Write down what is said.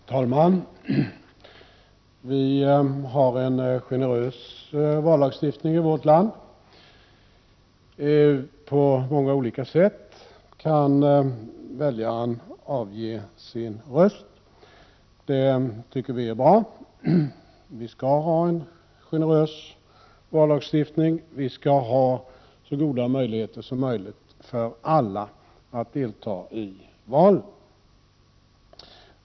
Herr talman! Vi har en generös vallagstiftning i vårt land. Väljaren kan avge sin röst på många olika sätt. Det tycker vi är bra. Vi skall ha en generös vallagstiftning, och alla skall ha goda möjligheter att delta i valen.